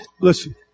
listen